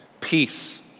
peace